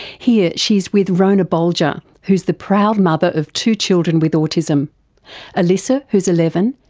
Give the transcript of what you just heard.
here she's with rhona bolger who's the proud mother of two children with autism alyssa who's eleven,